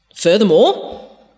Furthermore